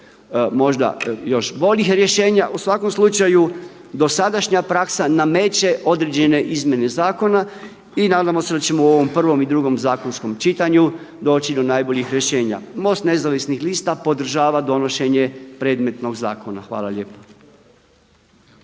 možda još boljih rješenja. U svakom slučaju dosadašnja praksa nameće određene izmjene zakona i nadamo se da ćemo u ovom prvom i drugom zakonskom čitanju doći do najboljih rješenja. MOST nezavisnih lista podržava donošenje predmetnog zakona. Hvala lijepa.